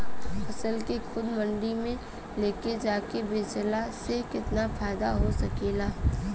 फसल के खुद मंडी में ले जाके बेचला से कितना फायदा हो सकेला?